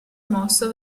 mosso